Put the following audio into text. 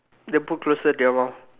then put closer to your mouth